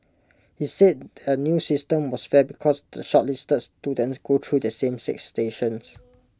he said the new system was fair because the shortlisted students go through the same six stations